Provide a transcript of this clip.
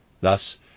Thus